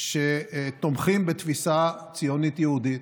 שתומך בתפיסה ציונית יהודית,